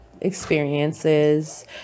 experiences